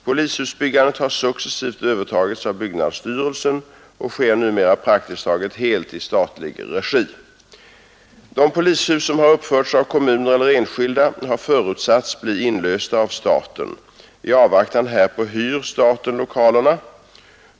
Polishusbyggandet har successivt övertagits av byggnadsstyrelsen och sker numera praktiskt taget helt i statlig regi. De polishus som har uppförts av kommuner eller enskilda har förutsatts bli inlösta av staten. I avvaktan härpa hyr staten lokalerna.